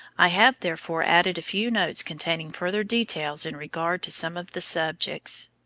i have therefore added a few notes containing further details in regard to some of the subjects.